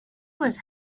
was